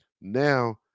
now